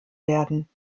werden